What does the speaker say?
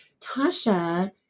tasha